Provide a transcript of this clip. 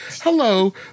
hello